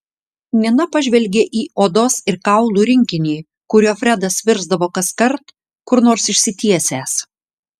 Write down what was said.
nina pažvelgė į odos ir kaulų rinkinį kuriuo fredas virsdavo kaskart kur nors išsitiesęs